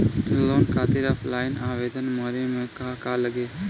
Loan खातिर offline आवेदन करे म का का लागत बा?